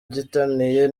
gitaniye